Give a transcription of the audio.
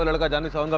and like identity and